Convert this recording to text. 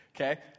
okay